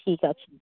ঠিক আছে